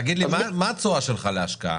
תגיד לי, מה התשואה שלך להשקעה?